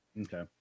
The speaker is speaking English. Okay